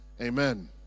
amen